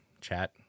chat